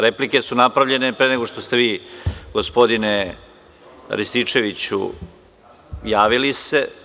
Replike su napravljene pre nego što ste vi gospodine Rističeviću javili se.